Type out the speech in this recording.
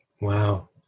Wow